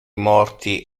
morti